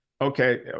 Okay